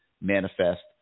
manifest